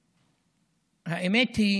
קרב מתמשכת.) האמת היא